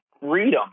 freedom